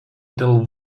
dėl